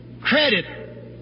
credit